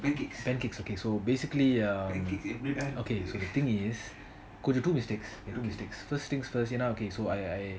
pancakes okay so basically uh the thing is got two mistakes first things first so I I